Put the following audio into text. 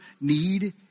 need